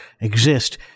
exist